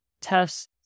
tests